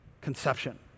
conception